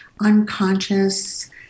unconscious